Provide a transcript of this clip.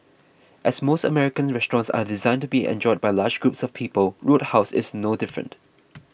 as most American restaurants are designed to be enjoyed by large groups of people Roadhouse is no different